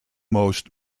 most